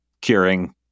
curing